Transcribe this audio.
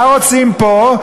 מה רוצים פה?